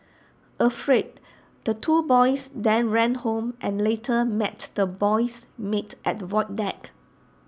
afraid the two boys then ran home and later met the boy's maid at the void deck